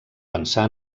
pensar